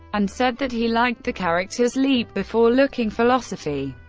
and said that he liked the character's leap-before-looking philosophy.